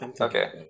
Okay